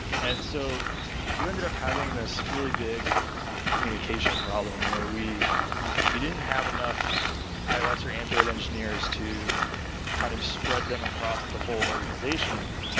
and so you ended up having this really big communication problem where we we didn't have enough ios or android engineers to kind of spread them across the whole organization,